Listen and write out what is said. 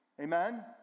Amen